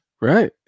right